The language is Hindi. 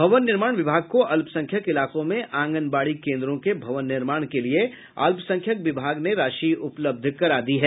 भवन निर्माण विभाग को अल्पसंख्यक इलाकों में आंगनबाड़ी केन्द्रों के भवन निर्माण के लिए अल्सपसंख्यक विभाग ने राशि उपलब्ध करा दी है